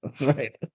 Right